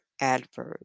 adverb